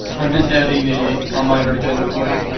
i'm just adding a onliner agenda point,